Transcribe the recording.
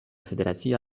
federacia